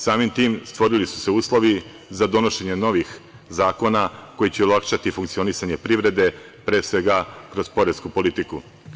Samim tim, stvorili su se uslovi za donošenje novih zakona koji će olakšati funkcionisanje privrede, pre svega kroz poresku politiku.